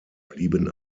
blieben